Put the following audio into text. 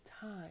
time